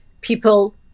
people